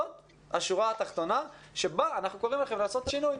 זאת השורה התחתונה שבה אנחנו קוראים לכם לעשות שינוי.